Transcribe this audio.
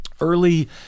early